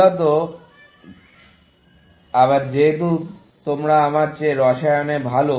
মূলত আবার যেহেতু তোমরা আমার চেয়ে রসায়নে ভাল